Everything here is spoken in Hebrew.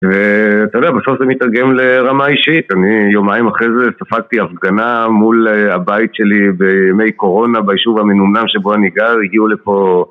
אתה יודע בסוף זה מתרגם לרמה האישית, אני יומיים אחרי זה ספגתי הפגנה מול הבית שלי בימי קורונה, ביישוב המנומנם שבו אני גר, הגיעו לפה...